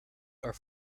are